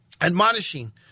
admonishing